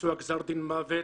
ביצוע גזר דין המוות,